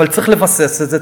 אבל צריך לבסס את זה,